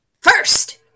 First